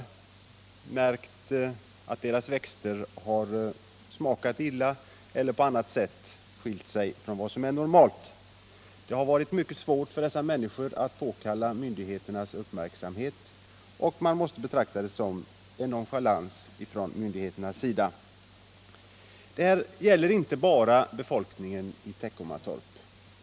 De har märkt att deras växter har smakat illa eller på annat sätt skilt sig från vad som är normalt. Det har varit mycket svårt för dessa människor att påkalla myndigheternas uppmärksamhet, och man måste betrakta detta som en nonchalans från myndigheternas sida. De problem som uppstått gäller emellertid inte bara befolkningen i Teckomatorp.